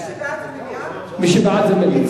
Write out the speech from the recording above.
מי שבעד זה מליאה,